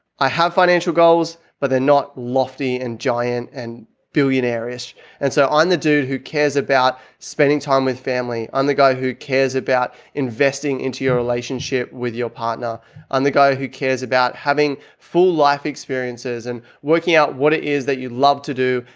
i have financial goals, but they're not lofty and giant and billionaires and so on. the dude who cares about spending time with family and the guy who cares about investing into your relationship with your partner and the guy who cares about having full life experiences and working out what it is that you love to do.